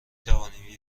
توانیم